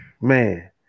Man